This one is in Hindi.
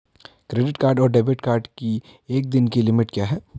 क्रेडिट कार्ड और डेबिट कार्ड की एक दिन की लिमिट क्या है?